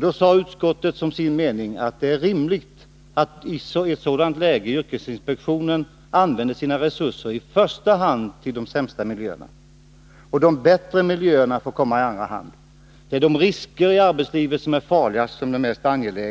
Då sade utskottet som sin mening att det är rimligt att yrkesinspektionen i ett sådant läge använder sina resurser i första hand till de sämsta miljöerna. De bättre miljöerna får komma i andra hand. Det är de risker i arbetslivet som bedöms som farligast som det ur de anställdas synpunkt